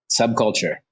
subculture